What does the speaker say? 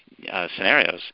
scenarios